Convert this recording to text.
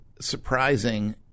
surprising